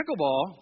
pickleball